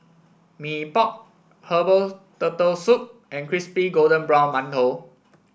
Mee Pok Herbal Turtle Soup and Crispy Golden Brown Mantou